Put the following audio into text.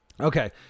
Okay